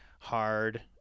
hard